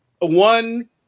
one